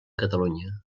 catalunya